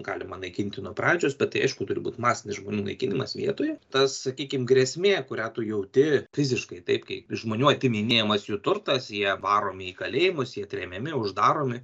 galima naikinti nuo pradžios bet tai aišku turi būt masinis žmonių naikinimas vietoje tas sakykim grėsmė kurią tu jauti fiziškai taip kai iš žmonių atiminėjamas jų turtas jie varomi į kalėjimus jie tremiami uždaromi